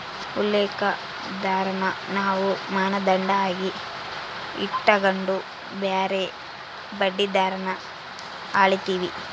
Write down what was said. ಉಲ್ಲೇಖ ದರಾನ ನಾವು ಮಾನದಂಡ ಆಗಿ ಇಟಗಂಡು ಬ್ಯಾರೆ ಬಡ್ಡಿ ದರಾನ ಅಳೀತೀವಿ